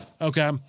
Okay